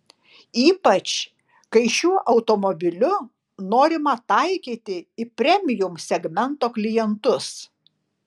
ypač kai šiuo automobiliu norima taikyti į premium segmento klientus